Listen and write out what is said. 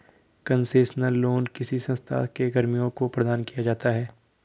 concessional loan किसी संस्था के कर्मियों को प्रदान किया जाता है